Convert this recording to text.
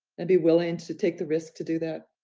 and be willing to take the risk to do that.